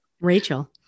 Rachel